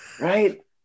Right